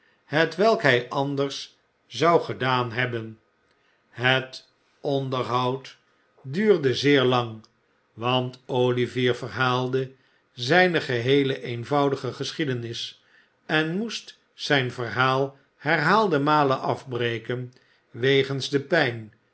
hetwelk hij anders zou gedaan hebben het onderhoud duurde zeer lang want olivier verhaalde zijne geheeïe eenvoudige geschiedenis en moest zijn verhaal herhaalde malen afbreken wegens de pijn